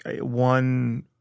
one